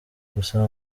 gusa